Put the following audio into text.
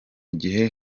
gihe